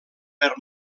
per